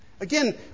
Again